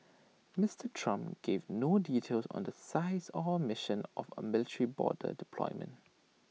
Mister Trump gave no details on the size or mission of A military border deployment